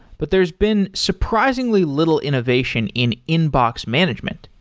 but there's been surprisingly little innovation in inbox management.